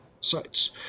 sites